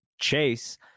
Chase